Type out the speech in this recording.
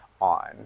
on